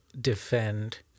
defend